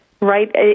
right